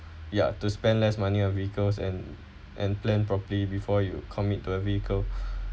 ya to spend less money on vehicles and and plan properly before you commit to a vehicle